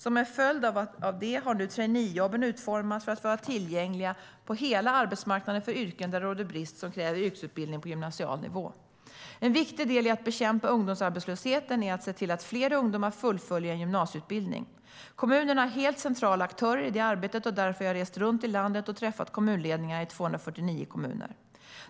Som en följd av det har nu traineejobben utformats för att vara tillgängliga på hela arbetsmarknaden för yrken där det råder brist och där det krävs yrkesutbildning på gymnasial nivå. En viktig del i att bekämpa ungdomsarbetslösheten är att se till att fler ungdomar fullföljer en gymnasieutbildning. Kommunerna är helt centrala aktörer i det arbetet, och därför har jag rest runt i landet och träffat kommunledningarna i 249 kommuner.